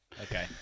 Okay